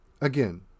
again